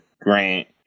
Grant